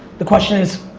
the question is,